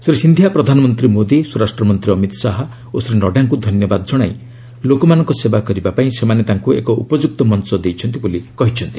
ଶ୍ରୀ ସିନ୍ଧିଆ ପ୍ରଧାନମନ୍ତ୍ରୀ ମୋଦି ସ୍ୱରାଷ୍ଟ୍ର ମନ୍ତ୍ରୀ ଅମିତ୍ ଶାହା ଓ ଶ୍ରୀ ନଡ୍ରାଙ୍କୁ ଧନ୍ୟବାଦ କଶାଇ ଲୋକମାନଙ୍କ ସେବା କରିବାପାଇଁ ସେମାନେ ତାଙ୍କୁ ଏକ ଉପଯୁକ୍ତ ମଞ୍ଚ ଦେଇଛନ୍ତି ବୋଲି କହିଛନ୍ତି